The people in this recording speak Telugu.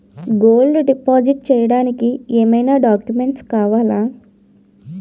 గోల్డ్ డిపాజిట్ చేయడానికి ఏమైనా డాక్యుమెంట్స్ కావాలా?